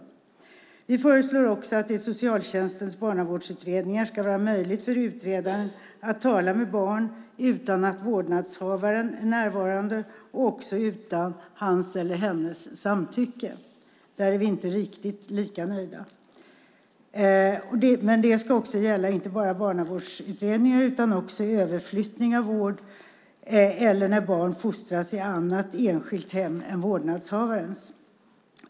Vi föreslår också att det i socialtjänstens barnavårdsutredningar ska vara möjligt för utredaren att tala med barn utan att vårdnadshavaren är närvarande och också utan hans eller hennes samtycke. Där är vi inte riktigt lika nöjda. Men det ska inte bara gälla barnavårdsutredningar utan också överflyttning av vårdnad eller när barn fostras i annat enskilt hem än vårdnadshavarens.